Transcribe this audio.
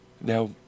Now